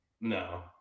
no